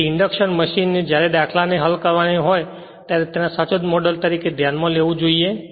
તેથી ઇન્ડક્શન મશીનને જ્યારે દાખલા ને હલ કરવાની હોય ત્યારે તેને સચોટ મોડેલ તરીકે ધ્યાનમાં લેવું જોઈએ